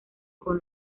con